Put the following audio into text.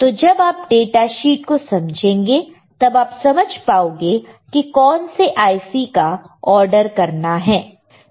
तो जब आप डाटा शीट को समझेंगे तब आप समझ पाओगे कि कौन से IC का ऑर्डर करना है